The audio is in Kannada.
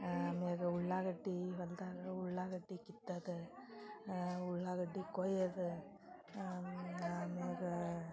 ಆಮ್ಯಾಗ ಉಳ್ಳಾಗಡ್ಡಿ ಹೊಲ್ದಾಗ ಉಳ್ಳಾಗಡ್ಡಿ ಕಿತ್ತೋದು ಮತ್ತು ಉಳ್ಳಾಗಡ್ಡಿ ಕುಯೋದು ಅಮ್ಯಾಗ